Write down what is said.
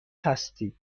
هستید